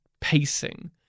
pacing